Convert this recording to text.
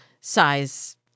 size